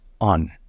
on